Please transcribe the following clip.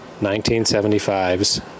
1975's